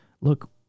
Look